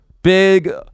Big